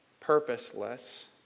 Purposeless